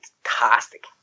fantastic